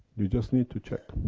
you just need to check.